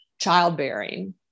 childbearing